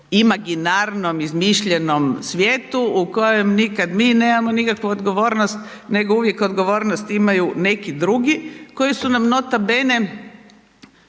imaginarnom, izmišljenom svijetu u kojem nikad mi nemamo nekakvu odgovornost nego uvijek odgovornost imaju neki drugi koji su nam nota bene